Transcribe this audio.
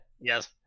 Yes